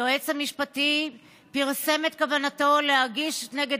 היועץ המשפטי פרסם את כוונתו להגיש נגד